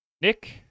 Nick